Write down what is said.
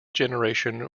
generation